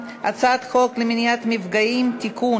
ההצעה להעביר את הצעת חוק למניעת מפגעים (תיקון,